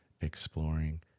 exploring